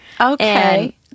Okay